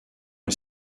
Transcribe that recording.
est